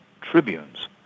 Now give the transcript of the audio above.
tribunes